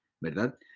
verdad